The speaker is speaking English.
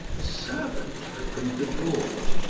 a servant opened the door.